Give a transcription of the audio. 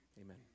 amen